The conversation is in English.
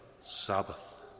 Sabbath